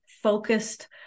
focused